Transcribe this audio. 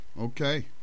Okay